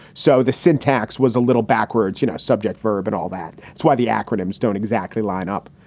so the syntax was a little backwards, you know, subject verb and all that. it's why the acronyms don't exactly line up.